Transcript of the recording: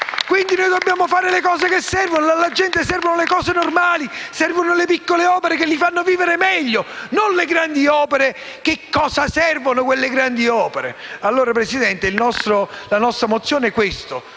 Quindi dobbiamo fare le cose che servono e alla gente servono le cose normali, servono le piccole opere che fanno vivere meglio, non le grandi opere! A cosa servono quelle grandi opere? Signora Presidente, la nostra mozione ancora